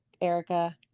Erica